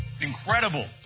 Incredible